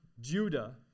Judah